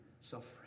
suffering